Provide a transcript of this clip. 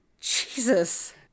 Jesus